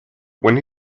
when